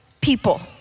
people